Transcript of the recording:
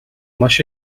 маш